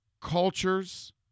cultures